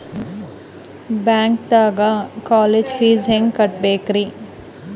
ಬ್ಯಾಂಕ್ದಾಗ college fees ಹೆಂಗ್ ಕಟ್ಟ್ಬೇಕ್ರಿ?